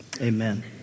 Amen